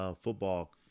football